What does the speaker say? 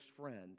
friend